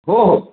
हो हो